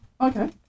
Okay